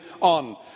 on